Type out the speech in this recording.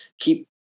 keep